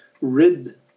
rid